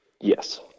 Yes